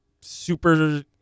super